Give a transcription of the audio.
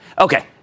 Okay